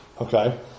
Okay